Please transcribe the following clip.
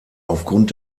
aufgrund